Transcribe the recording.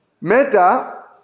meta